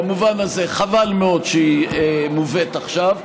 במובן הזה חבל מאוד שהיא מובאת עכשיו.